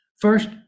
First